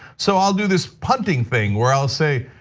so i'll do this punting thing where i'll say,